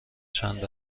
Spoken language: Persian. چند